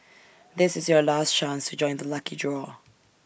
this is your last chance to join the lucky draw